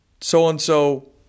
so-and-so